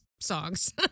songs